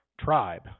tribe